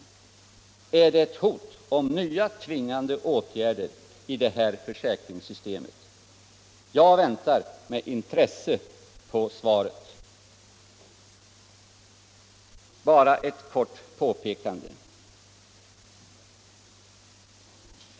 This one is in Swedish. Är det ett hot om nya tvingande åtgärder i det här försäkringssystemet? Jag väntar med intresse på svaret. Bara ytterligare ett kort påpekande.